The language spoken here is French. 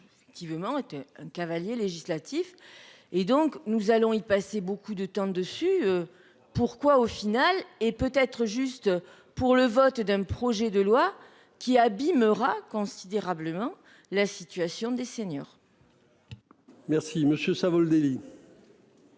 Effectivement, était un cavalier législatif et donc nous allons-y passer beaucoup de temps dessus. Pourquoi au final et peut être juste pour le vote d'un projet de loi qui abîmeras considérablement la situation des seniors. Merci monsieur Savoldelli.